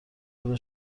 داره